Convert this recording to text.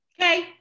Okay